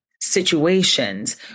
situations